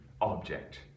object